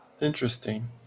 Interesting